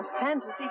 fantasy